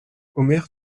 omer